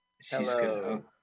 Hello